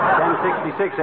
1066